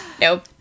Nope